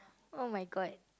!oh-my-God!